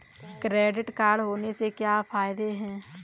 Credit card होने के क्या फायदे हैं?